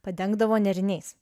padengdavo nėriniais